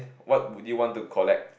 what would you want to collect